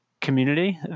community